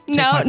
no